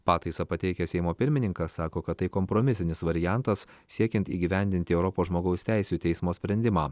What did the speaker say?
pataisą pateikęs seimo pirmininkas sako kad tai kompromisinis variantas siekiant įgyvendinti europos žmogaus teisių teismo sprendimą